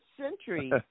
century